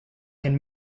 can